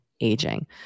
aging